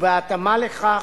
ובהתאמה לכך,